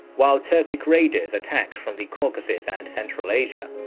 while turkic raiders attacked from the caucasus and central asia.